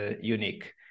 unique